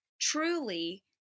Truly